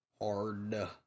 Hard